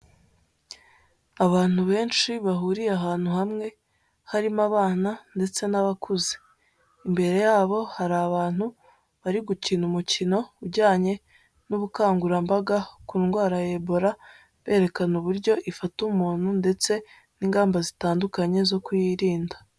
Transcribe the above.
Abantu benshi bahuriye ahantu hamwe, harimo abana ndetse n'abakuze. Imbere yabo, hari abantu bari gukina umukino ujyanye n'ubukangurambaga ku ndwara ya Ebola, berekana uburyo ifata umuntu ndetse n'ingamba zitandukanye zo kuyirinda.